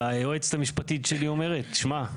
והיועצת המשפטית שלי אומרת תשמע,